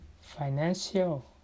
financial